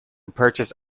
purchase